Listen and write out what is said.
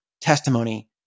testimony